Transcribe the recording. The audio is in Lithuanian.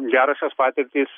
gerosios patirtys